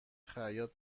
خیاط